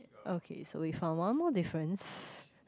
okay so we found one more difference